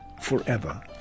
forever